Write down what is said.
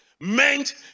meant